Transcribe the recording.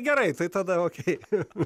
gerai tai tada okei